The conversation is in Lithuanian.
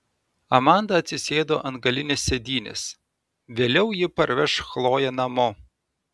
amanda atsisėdo ant galinės sėdynės vėliau ji parveš chloję namo